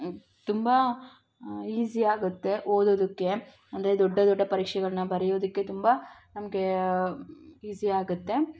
ತುಂಬ ಈಸಿ ಆಗುತ್ತೆ ಓದೋದಕ್ಕೆ ಅಂದರೆ ದೊಡ್ಡ ದೊಡ್ಡ ಪರೀಕ್ಷೆಗಳನ್ನ ಬರ್ಯೋದಕ್ಕೆ ತುಂಬ ನಮಗೆ ಈಸಿ ಆಗುತ್ತೆ